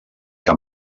que